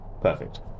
Perfect